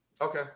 Okay